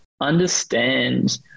understand